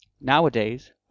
Nowadays